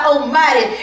Almighty